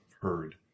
heard